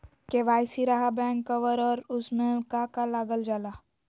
KYC रहा back cover और उसमें का का लागल जाला?